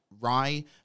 Rye